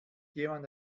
jemand